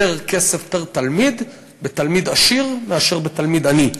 כסף פר-תלמיד בתלמיד עשיר מאשר בתלמיד עני.